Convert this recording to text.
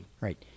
Right